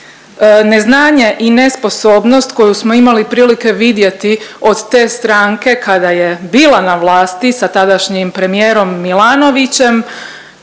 Neznanje i nesposobnost koju smo imali prilike vidjeti od te stranke kada je bila na vlasti sa tadašnjim premijerom Milanovićem